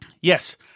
Yes